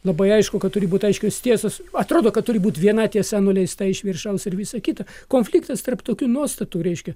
labai aišku kad turi būti aiškios tiesos atrodo kad turi būti viena tiesa nuleista iš viršaus ir visa kita konfliktas tarp tokių nuostatų reiškia